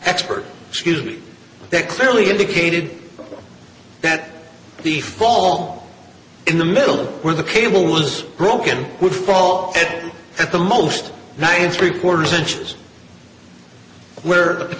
expert excuse me that clearly indicated that the fall in the middle where the cable was broken would fall at the most nine three quarters inches where